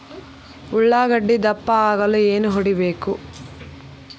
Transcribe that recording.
ಉಳ್ಳಾಗಡ್ಡೆ ದಪ್ಪ ಆಗಲು ಏನು ಹೊಡಿಬೇಕು?